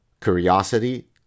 curiosity